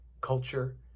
culture